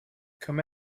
come